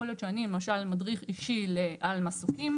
יכול להיות שאני למשל מדריך אישי על מסוקים.